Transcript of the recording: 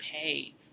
pay